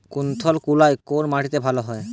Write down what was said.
কুলত্থ কলাই কোন মাটিতে ভালো হয়?